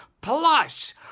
Plus